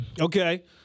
Okay